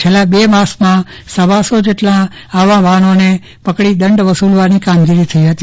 છેલ્લા બે માસમાં સવાસો જેટલા આવા વાફનોને પકડીને દંડ વસુલવાની કવાયત થઇ હતી